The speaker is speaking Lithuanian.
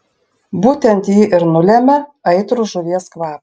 būtent ji ir nulemia aitrų žuvies kvapą